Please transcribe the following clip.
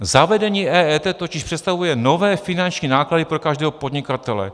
Zavedení EET totiž představuje nové finanční náklady pro každého podnikatele.